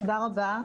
תודה רבה.